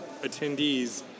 attendees